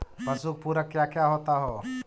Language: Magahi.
पशु के पुरक क्या क्या होता हो?